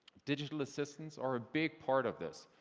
digital assistants are a big part of this,